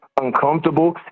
uncomfortable